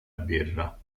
birra